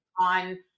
on